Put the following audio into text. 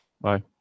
Bye